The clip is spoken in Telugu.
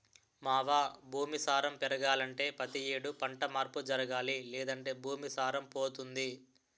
మావా భూమి సారం పెరగాలంటే పతి యేడు పంట మార్పు జరగాలి లేదంటే భూమి సారం పోతుంది